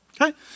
okay